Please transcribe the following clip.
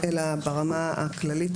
אלא ברמה הכללית,